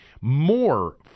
more